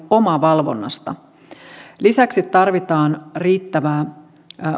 omavalvonnasta lisäksi tarvitaan riittävää